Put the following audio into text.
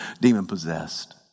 demon-possessed